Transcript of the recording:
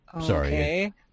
Sorry